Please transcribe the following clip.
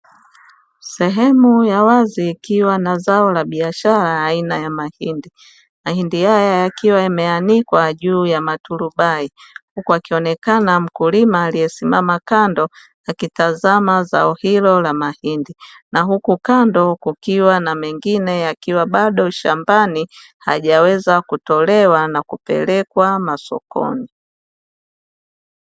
Sehemu ya wazi ikiwa na zao la biashara aina ya mahindi. Mahindi haya yakiwa yameanikwa juu ya maturubai huku akionekana mkulima aliyesimama kando akitazama zao hilo la mahindi. Na huku kando kukiwa na mengine yakiwa bado shambani hayajaweza kutolewa na kupelekwa sokoni.